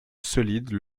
solide